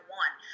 one